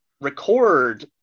record